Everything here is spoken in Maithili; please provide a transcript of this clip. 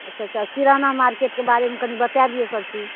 अच्छा अच्छा किराना मार्केटके बारेमे कनि बताए दिअ सभचीज